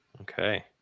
okay